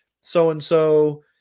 so-and-so